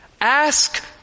Ask